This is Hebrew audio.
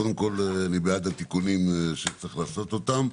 קודם כל, אני בעד התיקונים שצריך לעשות אותם.